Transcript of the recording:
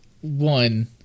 one